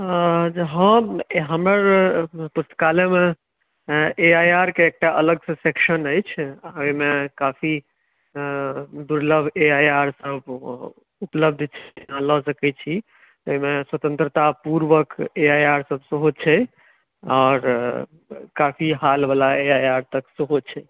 हम हमर पुस्तकालयमे ए आइ आर के एकटा अलगसँ सेक्शन अछि ओहिमे काफी दुर्लभ ए आइ आर सभ उपलब्ध छै अहाँ लऽ सकैत छी एहिमे स्वतन्त्रता पूर्वक ए आइ आर सभ सेहो छै आओर काफी हालवला ए आइ आर तक सेहो छै